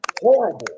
horrible